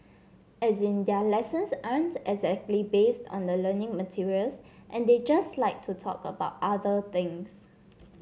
as in their lessons aren't exactly based on the learning materials and they just like to talk about other things